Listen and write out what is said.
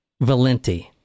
Valenti